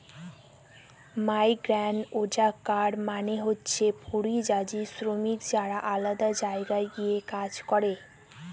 migrant worker মানে হচ্ছে পরিযায়ী শ্রমিক যারা আলাদা জায়গায় গিয়ে কাজ করে